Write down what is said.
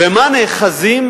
במה נאחזים